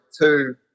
Two